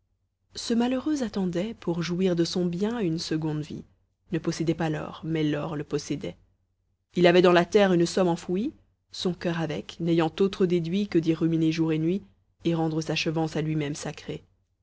ce malheureux attendait pour jouir de son bien une seconde vie ne possédait pas l'or mais l'or le possédait il avait dans la terre une somme enfouie son cœur avec n'ayant autre déduit que d'y ruminer jour et nuit et rendre sa chevance à lui-même sacrée